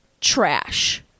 trash